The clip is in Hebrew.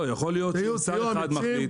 יכול להיות שאם שר אחד מחליט,